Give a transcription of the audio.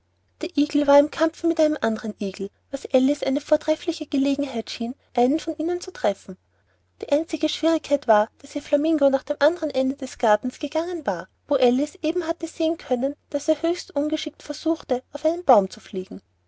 der igel war im kampfe mit einem andern igel was alice eine vortreffliche gelegenheit schien einen mit dem andern zu treffen die einzige schwierigkeit war daß ihr flamingo nach dem andern ende des gartens gegangen war wo alice eben sehen konnte wie er höchst ungeschickt versuchte auf einen baum zu fliegen